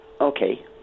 Okay